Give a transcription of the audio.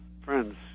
friends